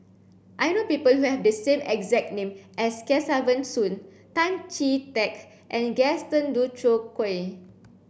I know people who have the same exact name as Kesavan Soon Tan Chee Teck and Gaston Dutronquoy